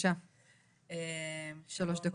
בבקשה שלוש דקות.